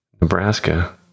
nebraska